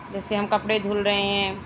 جیسے ہم کپڑے دھل رہے ہیں